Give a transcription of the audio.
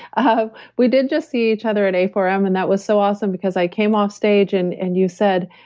ah we did just see each other at a four m and that was so awesome because i came off stage and and you said,